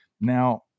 Now